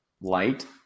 light